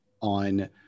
on